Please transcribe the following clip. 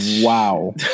Wow